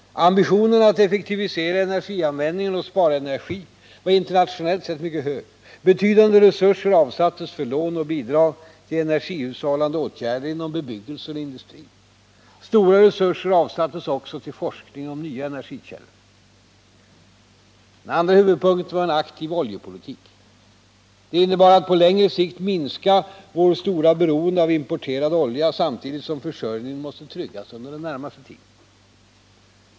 Ambitionen att effektivisera energianvändningen och spara energi var internationellt sett mycket hög. Betydande resurser avsattes för lån och bidrag till energihushållande åtgärder inom bebyggelse och industri. Stora resurser avsattes också till forskning av nya energikällor. Den andra huvudpunkten var en aktiv oljepolitik. Den innebar att vi på längre sikt skulle minska vårt stora beroende av importerad olja samtidigt som försörjningen måste tryggas under den närmaste tiden.